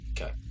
Okay